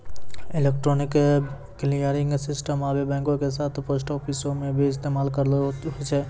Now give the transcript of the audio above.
electronic clearing system आबे बैंको के साथे पोस्ट आफिसो मे भी इस्तेमाल होय छै